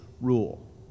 rule